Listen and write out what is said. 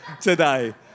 today